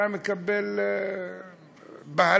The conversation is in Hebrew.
אתה נכנס לבהלה,